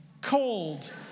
cold